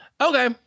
Okay